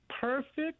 perfect